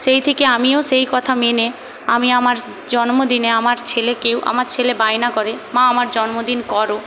সেই থেকে আমিও সেই কথা মেনে আমি আমার জন্মদিনে আমার ছেলেকেও আমার ছেলে বায়না করে মা আমার জন্মদিন করো